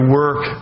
work